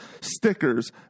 stickers